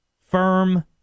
firm